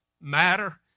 matter